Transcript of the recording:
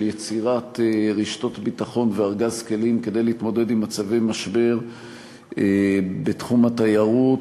יצירת רשתות ביטחון וארגז כלים כדי להתמודד עם מצבי משבר בתחום התיירות,